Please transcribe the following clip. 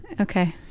okay